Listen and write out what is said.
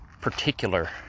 particular